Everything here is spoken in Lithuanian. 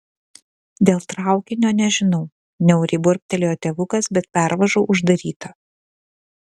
dėl traukinio nežinau niauriai burbtelėjo tėvukas bet pervaža uždaryta